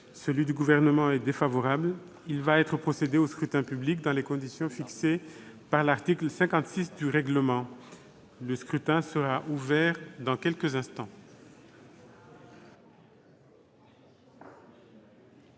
celui du Gouvernement est défavorable. Il va être procédé au scrutin dans les conditions fixées par l'article 56 du règlement. Le scrutin est ouvert. Personne ne demande